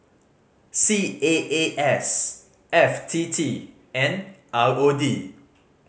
C A A S F T T and R O D